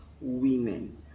women